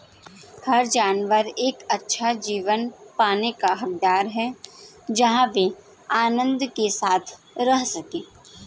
हर जानवर एक अच्छा जीवन पाने का हकदार है जहां वे आनंद के साथ रह सके